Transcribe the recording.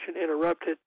interrupted